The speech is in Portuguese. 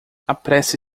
apresse